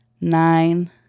nine